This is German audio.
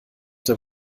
der